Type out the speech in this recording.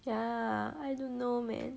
ya I don't know man